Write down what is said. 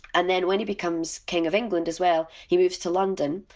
and then when he becomes king of england as well, he moves to london,